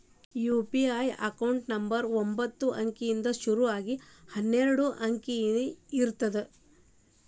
UPI account number ಒಂಬತ್ತ ಅಂಕಿಯಿಂದ್ ಶುರು ಆಗಿ ಹನ್ನೆರಡ ಅಂಕಿದ್ ಇರತ್ತ